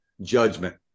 judgment